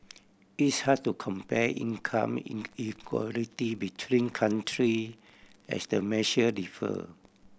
it's hard to compare income inequality between country as the measure differ